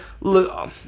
look